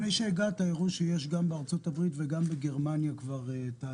לפני שהגעת הראו שיש גם בארצות-הברית וגם בגרמניה תהליכים.